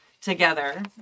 together